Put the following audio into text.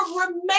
remain